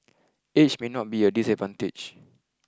age may not be a disadvantage